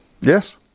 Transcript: yes